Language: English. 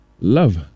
love